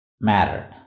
mattered